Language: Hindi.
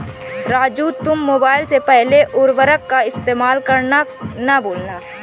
राजू तुम मोबाइल से पहले उर्वरक का इस्तेमाल करना ना भूलना